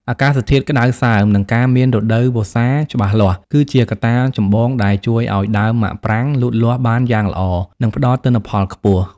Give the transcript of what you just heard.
អាកាសធាតុក្តៅសើម និងការមានរដូវវស្សាច្បាស់លាស់ គឺជាកត្តាចម្បងដែលជួយឱ្យដើមមាក់ប្រាងលូតលាស់បានយ៉ាងល្អ និងផ្តល់ទិន្នផលខ្ពស់។